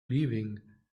leaving